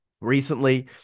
recently